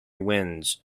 winds